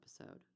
episode